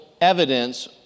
evidence